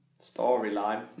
storyline